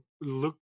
look